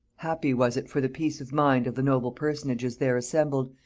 happy was it for the peace of mind of the noble personages there assembled,